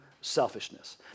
selfishness